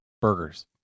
burgers